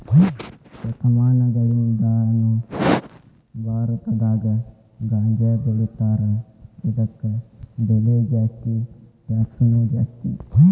ಶತಮಾನಗಳಿಂದಾನು ಭಾರತದಾಗ ಗಾಂಜಾಬೆಳಿತಾರ ಇದಕ್ಕ ಬೆಲೆ ಜಾಸ್ತಿ ಟ್ಯಾಕ್ಸನು ಜಾಸ್ತಿ